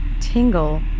tingle